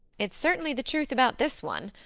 it's certainly the truth about this one.